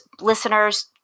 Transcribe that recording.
listeners